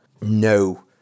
no